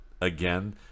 again